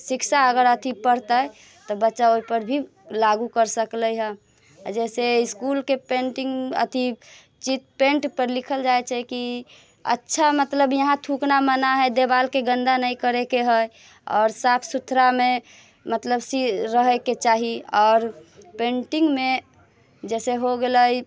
शिक्षा अथि पढ़तै तऽ बच्चा ओहिपर भी लागू कर सकलै हए आओर जैसे इस्कुलके पेन्टिंग अथि चि पेंटपर लिखल जाइत छै कि अच्छा मतलब यहाँ थूकना मना है देवालके गन्दा नहि करयके हइ आओर साफ सुथरामे मतलब से रहैके चाही आओर पेन्टिंगमे जैसे हो गेलै